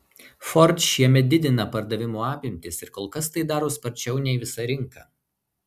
ford šiemet didina pardavimo apimtis ir kol kas tai daro sparčiau nei visa rinka